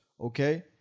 okay